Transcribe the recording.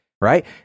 right